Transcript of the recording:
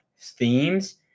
themes